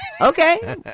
Okay